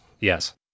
Yes